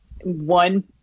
one